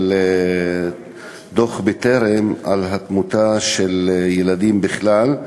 דוח "בטרם" על התמותה של ילדים בכלל,